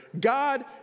God